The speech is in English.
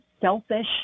selfish